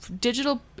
digital